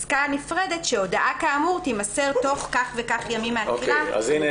בפסקה נפרדת שהודעה אמור תימסר תוך כך וכך ימים --- הנה,